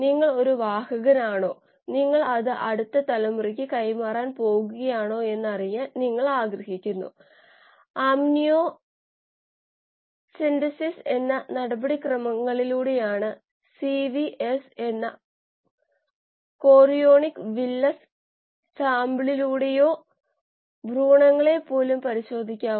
ഓക്സിജനുമായി കൈമാറ്റം ചെയ്യപ്പെട്ട സബ്സ്ട്റേറ്റിൽ നിന്ന് ലഭ്യമായ ഇലക്ട്രോണുകളുടെ ഭിന്നസംഖ്യയെ ഇത് സൂചിപ്പിക്കുന്നു കാരണം b എന്നത് ഓക്സിജന്റെ സ്റ്റോകിയോമെട്രിക് ഗുണകമാണ് 4b എന്നത് അതുമായി ബന്ധപ്പെട്ട ഇലക്ട്രോണുകളുടെ സംഖ്യയും